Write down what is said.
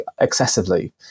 excessively